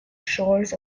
shores